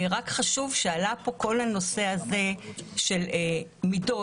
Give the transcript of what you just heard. חשוב עלה כאן כל הנושא הזה של מידות,